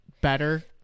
better